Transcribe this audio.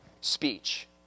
speech